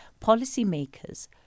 policymakers